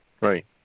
Right